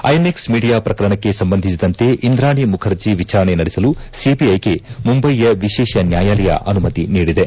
INX media ಪ್ರಕರಣಕ್ಕೆ ಸಂಬಂಧಿಸಿದಂತೆ ಇಂದ್ರಾಣಿ ಮುಖರ್ಜಿ ವಿಚಾರಣೆ ನಡೆಸಲು ಸಿಬಿಐಗೆ ಮುಂಬಯಿಯ ವಿಶೇಷ ನ್ಯಾಯಾಲಯ ಅನುಮತಿ ನೀಡಿದೆ